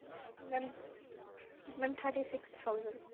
ma'am ma'am thirty six thousand